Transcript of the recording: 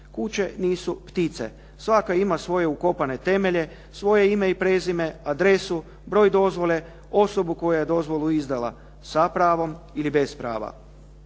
Kuće nisu ptice. Svaka ima svoje ukopane temelje, svoje ime i prezime, adresu, broj dozvole, osobu koja je dozvolu izdala sa pravom ili bez prava.